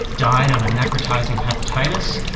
died of a necrotising hepatitis,